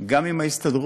גם עם ההסתדרות